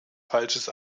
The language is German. falsches